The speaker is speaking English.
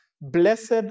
Blessed